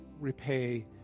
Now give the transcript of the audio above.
repay